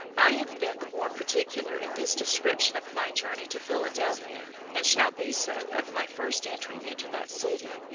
i have been the more particular in this description of my journey to philadelphia, and shall be so of my first entry into that city,